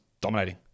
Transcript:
dominating